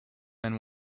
man